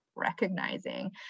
recognizing